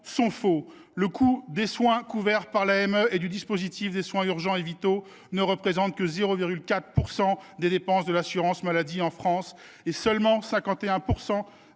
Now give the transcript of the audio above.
sont faux. Le coût des soins couverts par l’AME et du dispositif de soins urgents et vitaux ne représente que 0,4 % des dépenses de l’assurance maladie en France et 51 % seulement des